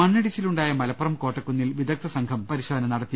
മണ്ണിടിച്ചിലുണ്ടായ മലപ്പുറം കോട്ടക്കുന്നിൽ വിദഗ്ധസംഘം പരി ശോധന നടത്തി